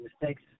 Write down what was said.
mistakes